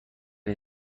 این